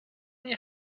nie